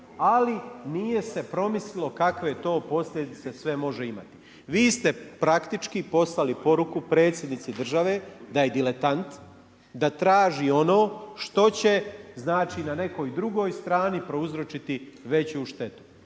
Ali nije se promislilo kakve to sve posljedice može imati. Vi ste praktički poslali poruku predsjednici države da je diletant, da traži ono što će, znači na nekoj drugoj strani prouzročiti veću štetu.